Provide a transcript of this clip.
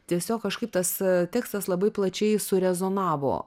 tiesiog kažkaip tas tekstas labai plačiai surezonavo